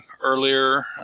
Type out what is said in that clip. earlier